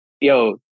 yo